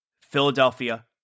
Philadelphia